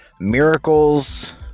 Miracles